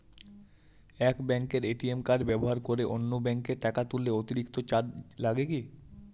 এক ব্যাঙ্কের ATM card ব্যবহার করে অন্য ব্যঙ্কে টাকা তুললে অতিরিক্ত চার্জ লাগে কি?